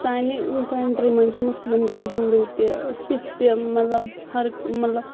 سانہِ کَنٹری منٛز چھِ مُسلِم تہِ ہِندوٗ تہِ سِکھ تہِ مَطلَب ہَر مَطلَب